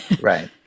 Right